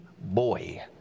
boy